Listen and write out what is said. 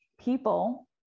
people